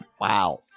Wow